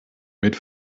mit